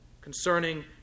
concerning